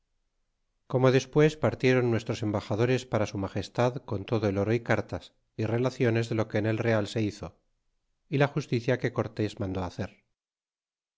como despues partieron nuestros embaxadores para su magestad con todo el oro y cartas y relaciones de lo que en el real se hizo y la justicia que curtes mandó hacer